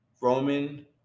Roman